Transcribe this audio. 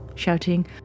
shouting